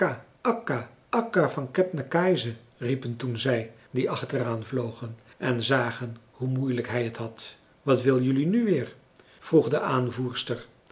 akka van kebnekaise riepen toen zij die achteraan vlogen en zagen hoe moeilijk hij t had wat wil jelui nu weer vroeg de aanvoerster